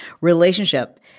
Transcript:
relationship